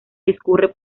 discurre